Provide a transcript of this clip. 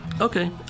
Okay